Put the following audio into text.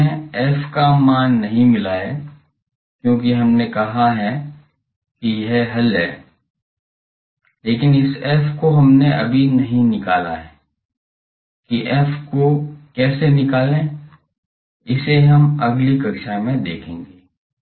अब तक हमें f का मान नहीं मिला है क्योंकि हमने कहा है कि यह हल है लेकिन इस f को हमने अभी निकाला नहीं किया है कि f को कैसे निकालें इसे हम अगली कक्षा में देखेंगे